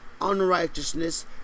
unrighteousness